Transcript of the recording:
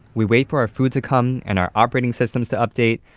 we wait for our food to come and our operating systems to update.